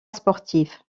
sportives